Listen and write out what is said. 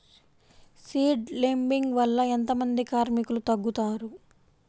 Seed లేంబింగ్ వల్ల ఎంత మంది కార్మికులు తగ్గుతారు?